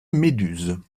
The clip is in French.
méduse